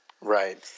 right